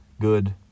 good